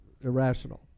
irrational